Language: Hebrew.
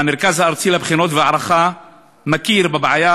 והמרכז הארצי לבחינות ולהערכה מכיר בבעיה